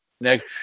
next